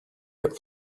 get